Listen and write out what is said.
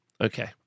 Okay